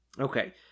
Okay